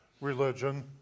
religion